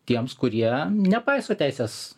tiems kurie nepaiso teisės